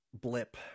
blip